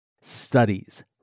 studies